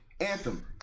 Anthem